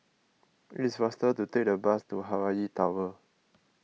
it is faster to take the bus to Hawaii Tower